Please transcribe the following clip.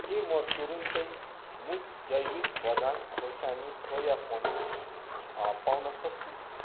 के म तुरुन्तै मुज जैविक बदाम खुर्सानी सोया पनिर पाउन सक्छु